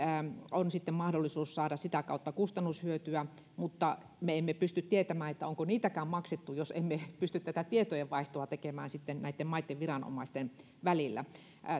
on mahdollisuus saada sitä kautta kustannushyötyä mutta me emme pysty tietämään onko niitäkään maksettu jos emme pysty tätä tietojenvaihtoa tekemään näitten maitten viranomaisten välillä